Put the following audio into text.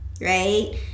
right